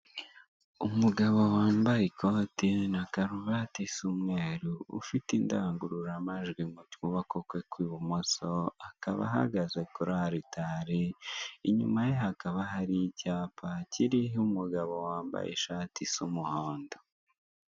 Umugabo wambaye ikoti na karuvate isa umweru, ufite indangururamajwi mu kuboko kwe kw'ibumoso, akaba ahagaze kuri aritari, inyuma ye hakaba hari icyaka kiriho umugabo wambaye ishati isa umuhondo.